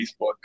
Facebook